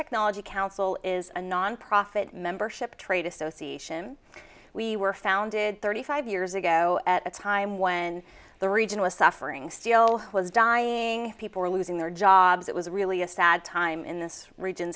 technology council is a nonprofit membership trade association we were founded thirty five years ago at a time when the region was suffering steel was dying people were losing their jobs it was really a sad time in this region